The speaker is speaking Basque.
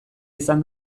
izan